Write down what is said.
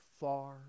far